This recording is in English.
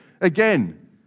again